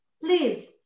Please